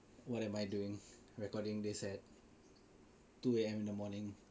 what am I doing recording this at two A_M in the morning